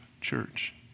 church